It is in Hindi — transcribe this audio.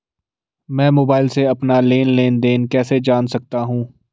मैं मोबाइल से अपना लेन लेन देन कैसे जान सकता हूँ?